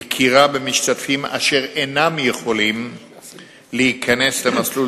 במשתתפים אשר אינם יכולים להיכנס למסלול